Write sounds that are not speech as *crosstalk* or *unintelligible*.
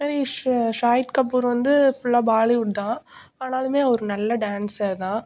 *unintelligible* சாய்த் கபூர் வந்து ஃபுல்லாக பாலிவுட் தான் ஆனாலும் அவர் நல்ல டான்ஸர் தான்